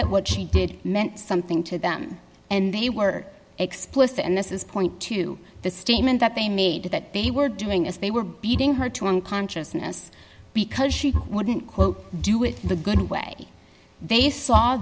that what she did meant something to them and they were explicit and this is point to the statement that they made that they were doing as they were beating her to one consciousness because she wouldn't quote do with the good way they saw